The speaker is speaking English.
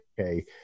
Okay